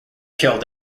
killed